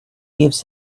gives